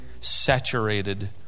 saturated